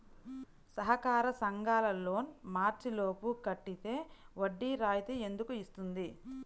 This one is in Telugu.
సహకార సంఘాల లోన్ మార్చి లోపు కట్టితే వడ్డీ రాయితీ ఎందుకు ఇస్తుంది?